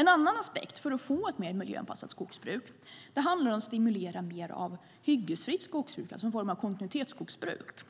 En annan aspekt för att få ett mer miljöanpassat skogsbruk är att stimulera det hyggesfria skogsbruket, vilket är en form av kontinuitetsskogsbruk.